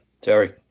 Terry